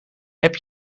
heb